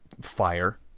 fire